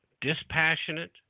dispassionate